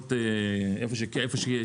איפה שיש,